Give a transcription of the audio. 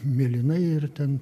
mėlynai ir ten